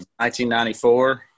1994